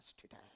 today